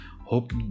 hope